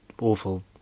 awful